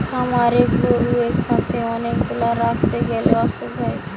খামারে গরু একসাথে অনেক গুলা রাখতে গ্যালে অসুখ হয়